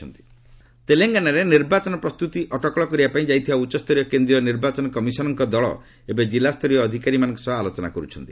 EC Telangana ତେଲଙ୍ଗାନାରେ ନିର୍ବାଚନ ପ୍ରସ୍ତୁତି ଅଟକଳ କରିବାପାଇଁ ଯାଇଥିବା ଉଚ୍ଚସ୍ତରୀୟ କେନ୍ଦ୍ରୀୟ ନିର୍ବାଚନ କମିଶନ୍ଙ୍କ ଦଳ ଏବେ ଜିଲ୍ଲାସ୍ତରୀୟ ଅଧିକାରୀମାନଙ୍କ ସହ ଆଲୋଚନା କରୁଛନ୍ତି